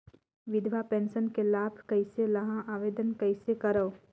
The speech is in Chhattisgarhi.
विधवा पेंशन के लाभ कइसे लहां? आवेदन कइसे करव?